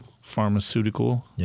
pharmaceutical